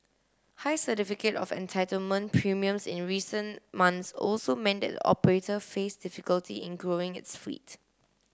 high certificate of entitlement premiums in recent months also meant that the operator faced difficulty in growing its fleet